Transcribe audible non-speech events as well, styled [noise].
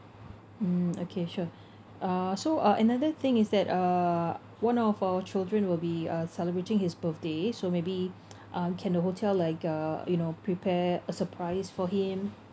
mm okay sure uh so uh another thing is that uh one of our children will be uh celebrating his birthday so maybe [noise] uh can the hotel like uh you know prepare a surprise for him